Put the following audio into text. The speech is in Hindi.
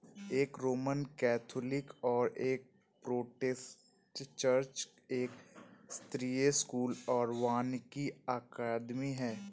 एक रोमन कैथोलिक और एक प्रोटेस्टेंट चर्च, एक शास्त्रीय स्कूल और वानिकी अकादमी है